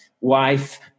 wife